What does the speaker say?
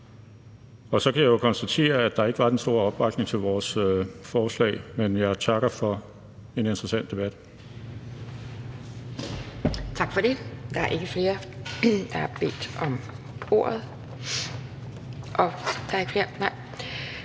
Så kan jeg jo konstatere, at der ikke var den store opbakning til vores forslag, men jeg takker for en interessant debat. Kl. 12:11 Anden næstformand (Pia Kjærsgaard): Tak for det. Der er ikke flere, der